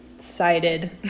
Sided